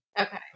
Okay